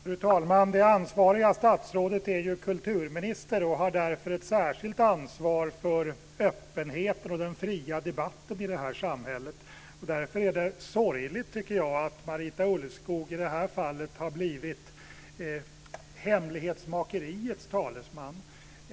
Fru talman! Det ansvariga statsrådet är kulturminister och har därför ett särskilt ansvar för öppenheten och den fria debatten i samhället. Därför är det sorgligt, tycker jag, att Marita Ulvskog i detta fall har blivit hemlighetsmakeriets talesman.